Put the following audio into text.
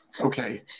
Okay